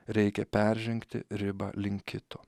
reikia peržengti ribą link kito